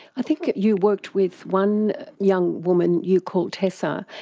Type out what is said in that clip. i think you worked with one young woman you call tessa,